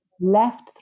left